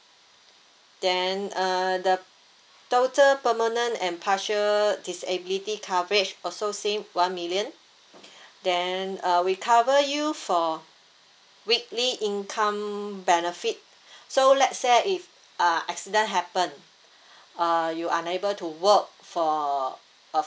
then uh the total permanent and partial disability coverage also same one million then uh we cover you for weekly income benefit so let's say if uh accident happened uh you are unable to work for